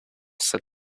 said